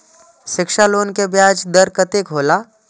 शिक्षा लोन के ब्याज दर कतेक हौला?